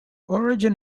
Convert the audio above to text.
origin